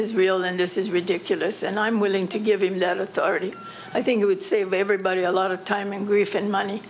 real and this is ridiculous and i'm willing to give him that authority i think it would save everybody a lot of time and grief and money